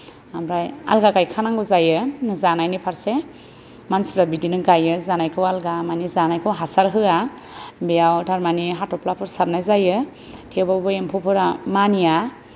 ओमफ्राय आलागा गायखानांगौ जायो जानायनि फारसे मानसिफ्रा बिदिनो गायो जानायखौ आलगा माने जानायखौ हासार होआ बेयाव थारमाने हाथफ्लाफोर सारनाय जायो थेवबाबो एम्फौफोरा मानिया